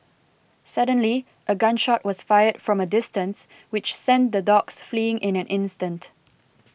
suddenly a gun shot was fired from a distance which sent the dogs fleeing in an instant